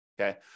okay